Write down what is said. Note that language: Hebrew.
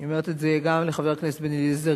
אני אומרת את זה גם לחבר הכנסת בן-אליעזר,